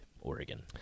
Oregon